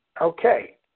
Okay